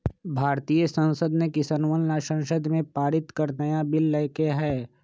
भारतीय संसद ने किसनवन ला संसद में पारित कर नया बिल लय के है